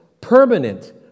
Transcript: permanent